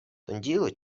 tondilo